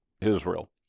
Israel